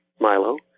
Milo